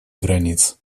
границ